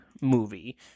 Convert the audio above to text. movie